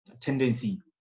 tendency